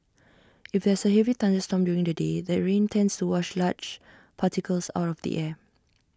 if there's A heavy thunderstorm during the day the rains tends to wash large particles out of the air